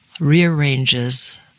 rearranges